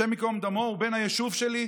השם ייקום דמו, בן היישוב שלי,